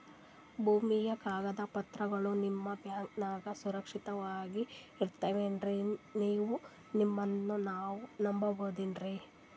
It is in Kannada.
ಭೂಮಿಯ ಕಾಗದ ಪತ್ರಗಳು ನಿಮ್ಮ ಬ್ಯಾಂಕನಾಗ ಸುರಕ್ಷಿತವಾಗಿ ಇರತಾವೇನ್ರಿ ನಾವು ನಿಮ್ಮನ್ನ ನಮ್ ಬಬಹುದೇನ್ರಿ?